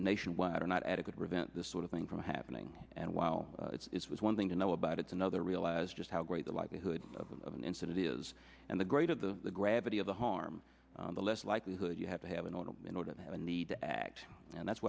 nationwide are not adequate resent this sort of thing from happening and while it's one thing to know about it's another realize just how great the likelihood of an insanity is and the greater the gravity of the harm the less likelihood you have to have it on in order to have a need to act and that's